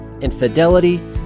infidelity